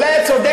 אולי את צודקת,